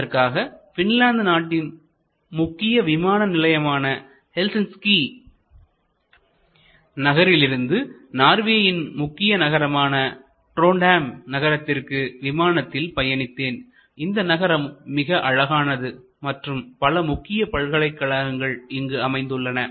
அதற்காக பின்லாந்து நாட்டின் முக்கிய விமான நிலையமான ஹெல்சின்கி நகரிலிருந்து நார்வேயின் முக்கிய நகரமான ட்ரோன்ட்ஹெய்ம் நகரத்திற்கு விமானத்தில் பயணித்தேன்இந்த நகரம் மிக அழகானது மற்றும் பல முக்கிய பல்கலைக்கழகங்கள் இங்கு அமைந்துள்ளன